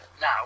now